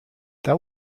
that